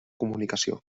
comunicació